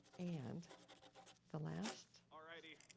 and the last all righty.